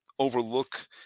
overlook